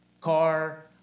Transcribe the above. car